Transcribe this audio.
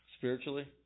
Spiritually